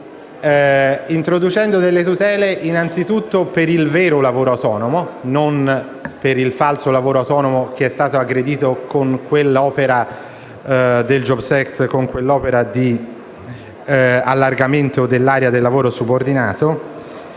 introducendo tutele innanzitutto per il vero lavoro autonomo e non per il falso lavoro autonomo, che è stato aggredito con quell'opera del *jobs act* di allargamento dell'area del lavoro subordinato,